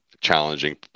challenging